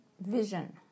vision